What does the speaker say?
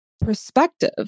perspective